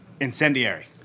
Incendiary